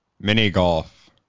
Mini-golf